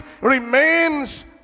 remains